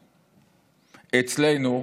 אצלנו,